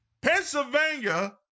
Pennsylvania